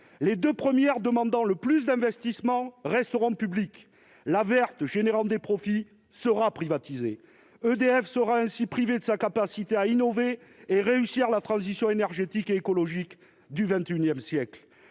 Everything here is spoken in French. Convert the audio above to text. Les deux premières, demandant le plus d'investissements, resteront publiques ; la verte, source de profits, sera privatisée. EDF sera ainsi privée de sa capacité à innover et donc à réussir la transition énergétique et écologique du XXI siècle.